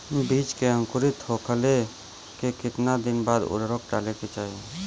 बिज के अंकुरित होखेला के कितना दिन बाद उर्वरक डाले के होखि?